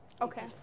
okay